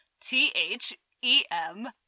T-H-E-M